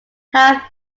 have